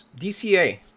dca